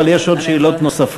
אבל יש עוד שאלות נוספות.